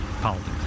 politics